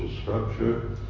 structure